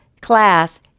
class